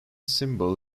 symbol